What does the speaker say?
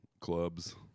clubs